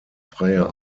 freier